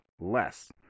less